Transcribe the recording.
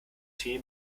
tee